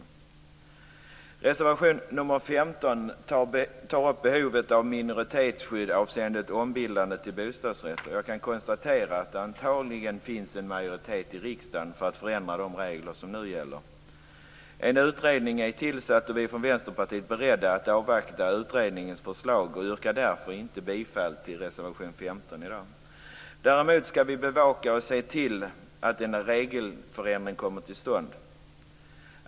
I reservation nr 15 tar vi upp behovet av minoritetsskydd avseende ombildning till bostadsrätt. Jag kan konstatera att det antagligen finns en majoritet i riksdagen för att förändra de regler som nu gäller. En utredning är tillsatt, och vi är från Vänsterpartiet beredda att avvakta utredningens förslag. Jag yrkar därför inte bifall till reservation 15 i dag. Däremot skall vi bevaka och se till att en regelförändring kommer till stånd.